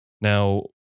Now